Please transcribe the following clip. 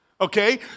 Okay